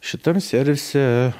šitam servise